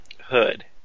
hood